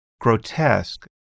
grotesque